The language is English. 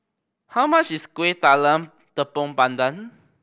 how much is Kuih Talam Tepong Pandan